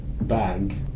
bag